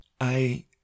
I